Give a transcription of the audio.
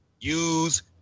use